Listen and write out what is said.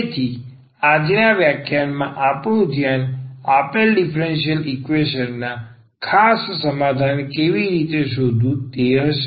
તેથી આજના વ્યાખ્યાનમાં આપણું ધ્યાન આપેલ ડીફરન્સીયલ ઈકવેશન ના ખાસ સમાધાન કેવી રીતે શોધવું તે હશે